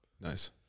Nice